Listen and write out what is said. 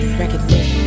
recognition